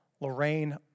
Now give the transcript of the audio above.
Lorraine